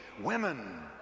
women